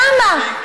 למה?